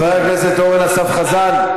חבר הכנסת אורן אסף חזן.